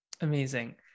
Amazing